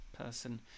Person